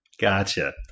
Gotcha